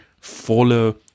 follow